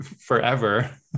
forever